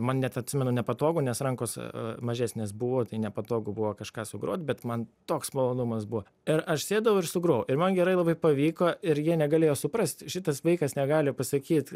man net atsimenu nepatogu nes rankos mažesnės buvo nepatogu buvo kažką sugrot bet man toks malonumas buvo ir aš sėdau ir sugrojau ir man gerai labai pavyko ir jie negalėjo suprasti šitas vaikas negali pasakyt